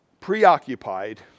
preoccupied